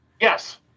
Yes